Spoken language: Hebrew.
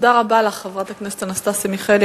תודה רבה לך, חברת הכנסת אנסטסיה מיכאלי.